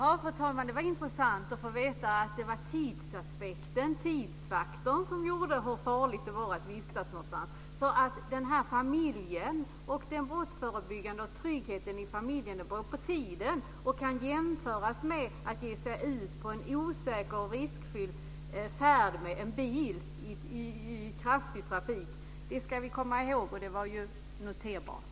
Fru talman! Det var ju intressant att få veta att det var tidsaspekten och tidsfaktorn som avgör hur farligt det är att vistas någonstans. Familjen, och det brottsförebyggande arbetet och tryggheten där, beror alltså på tiden, och kan jämföras med att ge sig ut på en osäker och riskfylld färd med en bil i kraftig trafik. Det ska vi komma ihåg! Det var noterbart.